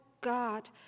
God